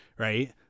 Right